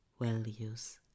values